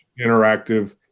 interactive